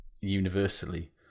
universally